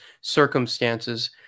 circumstances